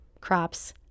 crops